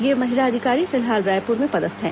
यह महिला अधिकारी फिलहाल रायपुर में पदस्थ हैं